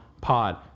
pod